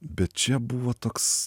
bet čia buvo toks